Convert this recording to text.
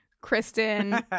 Kristen